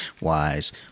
wise